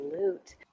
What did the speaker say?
loot